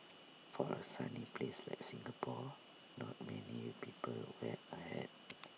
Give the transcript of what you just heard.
for A sunny place like Singapore not many people wear A hat